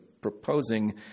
proposing